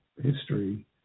history